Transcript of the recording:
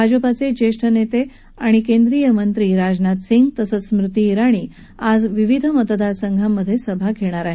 भाजपाचे ज्येष्ठ नेते आणि केंद्रीय मंत्री राजनाथ सिंग तसंच स्मृती इराणी आज विविध मतदारसंघांमध्ये सभा घेणार आहेत